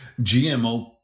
GMO